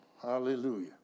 Hallelujah